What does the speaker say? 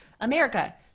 america